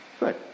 good